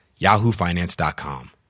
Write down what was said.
yahoofinance.com